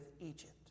Egypt